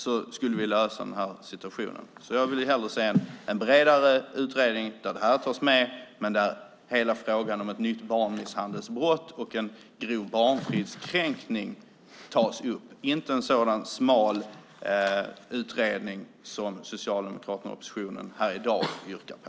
Då skulle vi lösa detta. Jag vill hellre se en bredare utredning där detta tas med men där hela frågan om ett nytt barnmisshandelsbrott och grov barnfridskränkning tas upp. Jag vill inte att det ska vara en sådan smal utredning som Socialdemokraterna och oppositionen här i dag yrkar på.